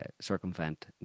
circumvent